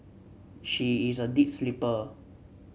she is a deep sleeper